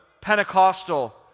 Pentecostal